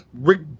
Rick